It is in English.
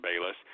Bayless